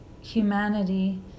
humanity